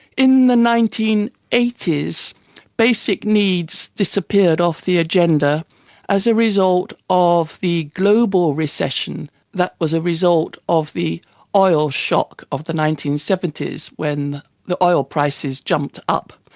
in the nineteen eighty s basic needs disappeared off the agenda as a result of the global recession that was a result of the oil shock of the nineteen seventy s when the oil prices jumped up,